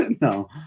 no